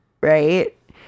Right